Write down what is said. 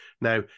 Now